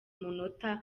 umunota